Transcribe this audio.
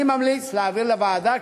אני ממליץ להעביר לוועדה,